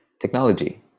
technology